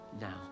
now